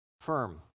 firm